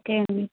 okay అండి